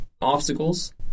obstacles